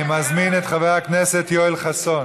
אני מזמין את חבר הכנסת יואל חסון.